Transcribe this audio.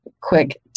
quick